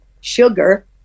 sugar